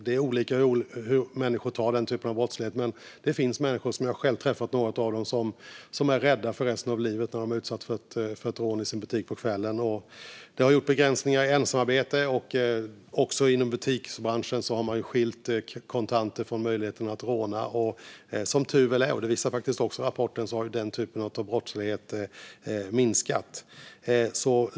Det är olika hur människor tar den typen av brottslighet, men det finns de som är rädda för resten av livet när de har blivit utsatta för ett rån i sin butik på kvällen. Jag har själv träffat några av dem. Det har gjorts begränsningar i ensamarbete, och i butiksbranschen har man skilt kontanter från möjligheten att råna. Som tur är har den typen av brottslighet minskat, vilket också rapporten visar.